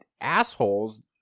assholes